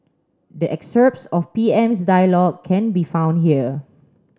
the excerpts of PM's dialogue can be found here